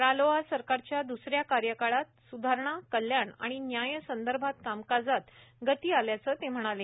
रालोआ सरकारच्या दुसऱ्या कार्यकाळात सुधारणा कल्याण आणि न्याय संदर्भात कामकाजास गती आल्याचं ते म्हणाले